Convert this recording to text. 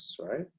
right